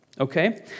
Okay